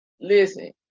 listen